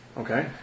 Okay